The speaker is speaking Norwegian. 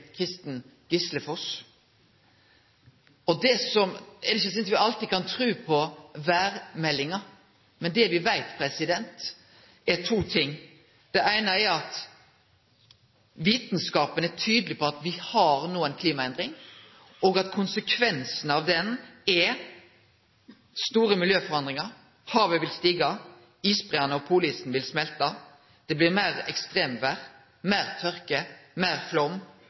Kristen Gislefoss. Det er vel ikkje slik at me alltid kan tru på vêrmeldinga, men det me veit, er to ting. Vitskapen er tydeleg på at me no har ei klimaendring, og at konsekvensen av den er store miljøforandringar, havet vil stige, isbreane og polisen vil smelte, det blir meir ekstremvêr, meir tørke, meir